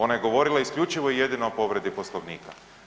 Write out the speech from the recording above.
Ona je govorila isključivo i jedino o povredi Poslovnika.